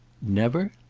never?